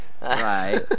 Right